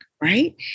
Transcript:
right